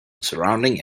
surrounding